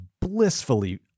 blissfully